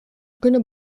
kunnen